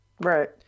Right